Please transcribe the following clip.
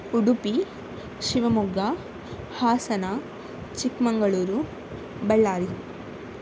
Udupi Shivamogga Hassan Chikkamagaluru Ballari